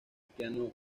piano